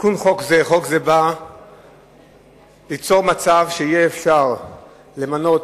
תיקון חוק זה בא ליצור מצב שיהיה אפשר למנות